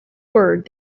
word